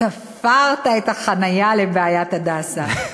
תפרת את החניה לבעיית "הדסה".